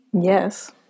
Yes